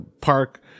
park